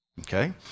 Okay